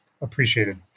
appreciated